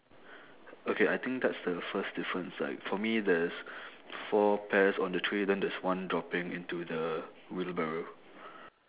okay I think that's the first difference like for me there's four pears on the tree then there's one dropping into the wheelbarrow